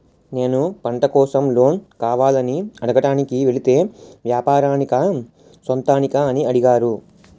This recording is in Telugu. నేను పంట కోసం లోన్ కావాలని అడగడానికి వెలితే వ్యాపారానికా సొంతానికా అని అడిగారు